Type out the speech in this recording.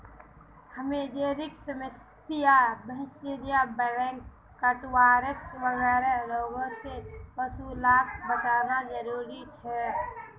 haemorrhagic septicaemia, बीसहरिया, black quarters वगैरह रोगों से पशु लाक बचाना ज़रूरी छे